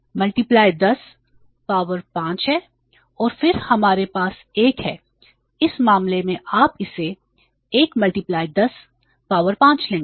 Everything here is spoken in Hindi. तो यह 33 10 पावर 5 है और फिर हमारे पास 1 है इस मामले में आप इसे 1 10 पावर 5 लेंगे